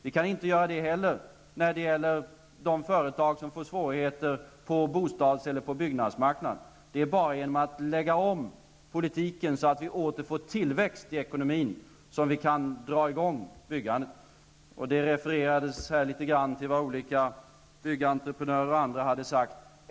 Vi kan inte heller göra det med de företag som får svårigheter på bostads eller byggnadsmarknaden. Det är enbart genom att lägga om politiken så att vi åter får tillväxt i ekonomin som vi kan få i gång byggandet. Det refererades här litet grand till vad olika byggentreprenörer och andra hade sagt.